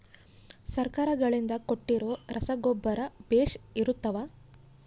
ಸರ್ಕಾರಗಳಿಂದ ಕೊಟ್ಟಿರೊ ರಸಗೊಬ್ಬರ ಬೇಷ್ ಇರುತ್ತವಾ?